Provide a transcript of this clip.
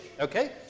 okay